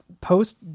post